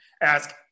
ask